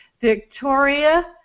victoria